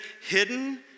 hidden